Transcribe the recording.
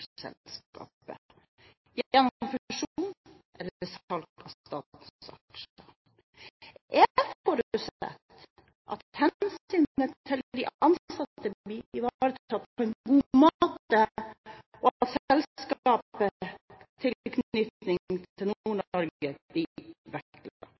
selskapet gjennom fusjon eller salg av statens aksjer. Jeg forutsetter at hensynet til de ansatte blir ivaretatt på en god måte, og at selskapets tilknytning til